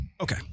Okay